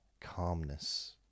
calmness